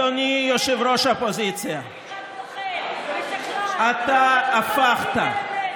אדוני ראש האופוזיציה, איך אתה עושה את זה,